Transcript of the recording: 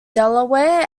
delaware